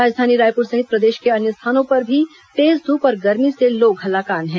राजधानी रायपुर सहित प्रदेश के अन्य स्थानों पर भी तेज धूप और गर्मी से लोग हलाकान है